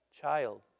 child